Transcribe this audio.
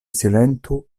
silentu